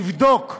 יבדוק,